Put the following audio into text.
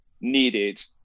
needed